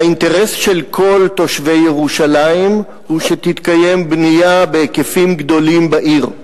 האינטרס של כל תושבי ירושלים הוא שתתקיים בנייה בהיקפים גדולים בעיר.